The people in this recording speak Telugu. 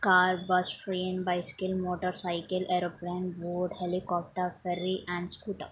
car bus train bicycle motorcycle aeroplane boat helicopter ferry and scooter